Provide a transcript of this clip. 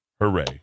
Hooray